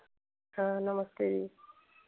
हाँ नमस्ते जी